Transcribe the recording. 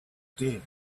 day